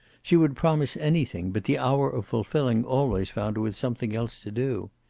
she would promise anything, but the hour of fulfilling always found her with something else to do.